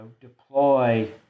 deploy